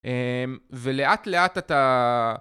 ולאט לאט אתה...